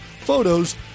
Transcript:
photos